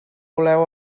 voleu